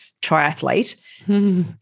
triathlete